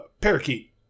parakeet